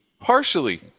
partially